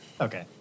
Okay